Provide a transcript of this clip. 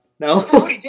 No